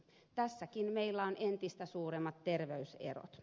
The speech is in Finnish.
tässäkin meillä on entistä suuremmat terveyserot